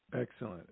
Excellent